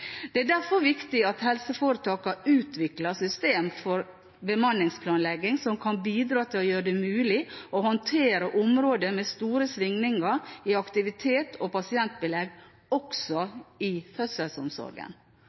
Det er derfor viktig at helseforetakene utvikler systemer for bemanningsplanlegging som kan bidra til å gjøre det mulig å håndtere områder med store svingninger i aktivitet og pasientbelegg, også i fødselsomsorgen.